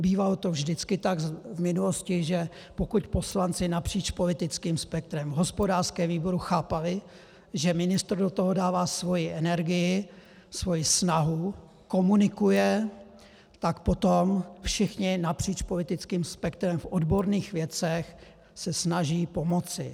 Bývalo to vždycky tak v minulosti, že pokud poslanci napříč politickým spektrem v hospodářském výboru chápali, že ministr do toho dává svoji energii, svoji snahu, komunikuje, tak potom všichni napříč politickým spektrem v odborných věcech se snaží pomoci.